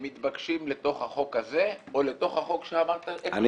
הם מתבקשים לתוך החוק הזה או לתוך החוק שאמרת --- אני